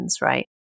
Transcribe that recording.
right